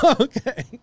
Okay